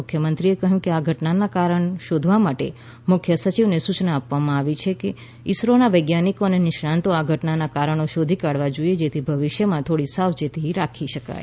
મુખ્યમંત્રીએ કહ્યું કે આ ઘટનાના કારણો શોધવા માટે મુખ્ય સચિવને સૂચના આપવામાં આવી છે કે ઇસરોના વૈજ્ઞાનિકો અને નિષ્ણાતોએ આ ઘટનાના કારણો શોધી કાઢવા જોઈએ જેથીભવિષ્યમાં થોડી સાવચેતી રાખી શકાય